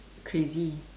crazy